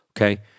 Okay